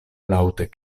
laŭte